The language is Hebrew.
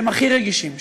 שהם הכי רגישים,